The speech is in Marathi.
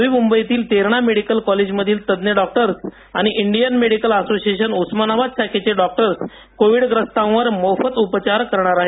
नवी मुंबईतील तेरणा मेडिकल कॉलेजमधील तज्ञ डॉक्टर्स आणि इंडियन मेडिकल असोसिएशन उस्मानाबाद शाखेचे डॉक्टर्स कोविडग्रस्तांवर मोफत उपचार करणार आहेत